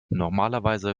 normalerweise